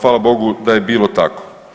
hvala Bogu da je bilo tako.